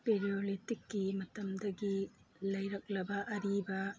ꯄꯦꯂꯤꯑꯣꯂꯤꯊꯤꯛꯀꯤ ꯃꯇꯝꯗꯒꯤ ꯂꯩꯔꯛꯂꯕ ꯑꯔꯤꯕ